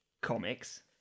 comics